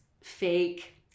fake